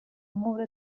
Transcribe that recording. مهر